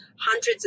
hundreds